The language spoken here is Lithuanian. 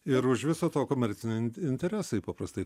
ir už viso to komerciniai interesai paprastai